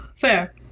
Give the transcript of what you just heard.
Fair